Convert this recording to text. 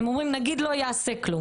הם אומרים: נגיד לא ייעשה כלום